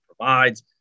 provides